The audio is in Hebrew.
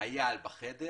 חייל בחדר